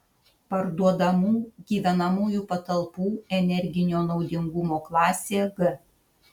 parduodamų gyvenamųjų patalpų energinio naudingumo klasė g